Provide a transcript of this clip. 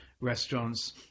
restaurants